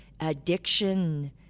addiction